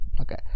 Okay